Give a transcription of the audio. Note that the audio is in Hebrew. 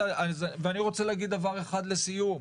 דבר אחד לסיום,